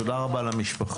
תודה רבה למשפחות.